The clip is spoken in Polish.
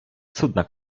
cudna